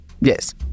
yes